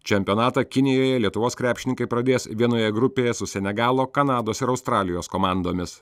čempionatą kinijoje lietuvos krepšininkai pradės vienoje grupėje su senegalo kanados ir australijos komandomis